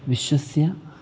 विश्वस्य